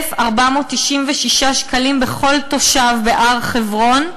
כ-1,496 שקלים בכל תושב בהר-חברון,